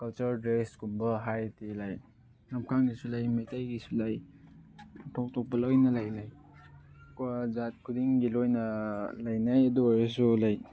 culture ꯗ꯭ꯔꯦꯁꯀꯨꯝꯕ ꯍꯥꯏꯗꯤ like ꯂꯝꯀꯥꯡꯒꯤꯁꯨ ꯂꯩ ꯃꯩꯇꯩꯒꯤꯁꯨ ꯂꯩ ꯑꯇꯣꯞ ꯑꯇꯣꯞꯄ ꯂꯣꯏꯅ ꯂꯩꯅꯩ ꯖꯥꯠ ꯈꯨꯗꯤꯡꯒꯤ ꯂꯣꯏꯅ ꯂꯩꯅꯩ ꯑꯗꯨꯑꯣꯏꯔꯁꯨ ꯂꯩ